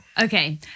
Okay